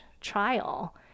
trial